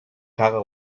caga